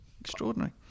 Extraordinary